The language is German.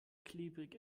klebrig